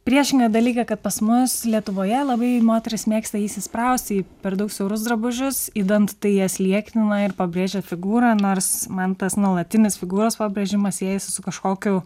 priešingą dalyką kad pas mus lietuvoje labai moterys mėgsta įsisprausti į per daug siaurus drabužius idant tai jas liekna ir pabrėžia figūrą nors man tas nuolatinis figūros pabrėžimas siejasi su kažkokiu